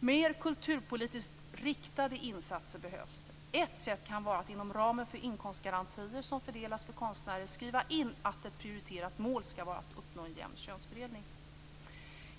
Mer kulturpolitiskt riktade insatser behövs. Ett sätt kan vara att inom ramen för inkomstgarantier som fördelas för konstnärer skriva in att ett prioriterat mål skall vara att uppnå en jämn könsfördelning.